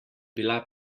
bila